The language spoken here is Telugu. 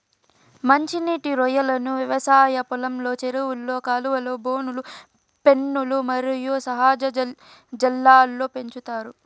మంచి నీటి రొయ్యలను వ్యవసాయ పొలంలో, చెరువులు, కాలువలు, బోనులు, పెన్నులు మరియు సహజ జలాల్లో పెంచుతారు